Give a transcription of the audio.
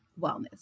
wellness